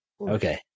Okay